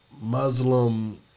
Muslim